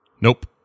Nope